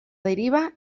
deriva